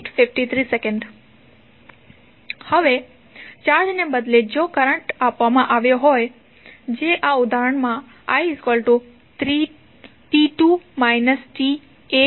હવે ચાર્જને બદલે જો કરંટ આપવામાં આવ્યો હોય જે આ ઉદાહરણમાં i 3t2 tA આપવામાં આવ્યું છે